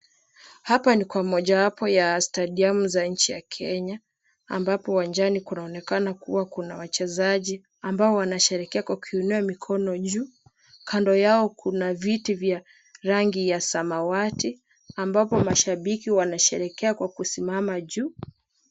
Hapa ni kwa mojawapo ya stadiamu za nchi ya Kenya ambapo uwanjani kunaonekana kuwa na wachezaji ambao wanasherekea kwa kuinua mikono juu. Kando yao kuna viti vya rangi ya samawati ambapo mashabiki wanasherekea kwa kusimama juu.